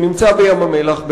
זה נמצא בים-המלח,